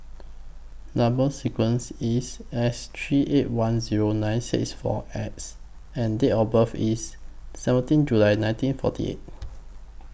Number sequence IS S three eight one Zero nine six four X and Date of birth IS seventeen July nineteen forty eight